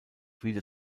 wieder